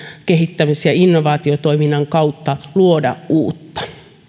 kehittämis ja innovaatiotoiminnan kautta luoda uutta